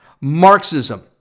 Marxism